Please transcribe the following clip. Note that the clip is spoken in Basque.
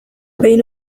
behin